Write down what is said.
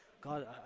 God